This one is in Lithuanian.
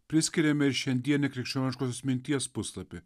priskiriame ir šiandienį krikščioniškosios minties puslapį